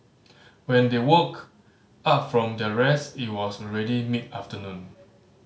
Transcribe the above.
when they woke up from their rest it was already mid afternoon